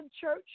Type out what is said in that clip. church